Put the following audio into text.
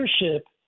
leadership